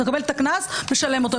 אתה מקבל את הקנס ומשלם אותו.